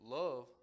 love